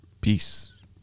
peace